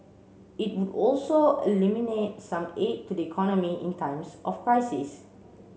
it would also eliminate some aid to the economy in times of crisis